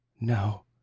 No